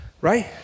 right